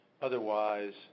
Otherwise